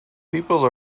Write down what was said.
people